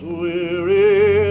weary